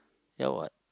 ya what